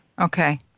Okay